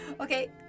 Okay